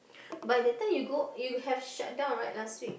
but that time you go you have shut down right last week